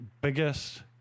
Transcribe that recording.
biggest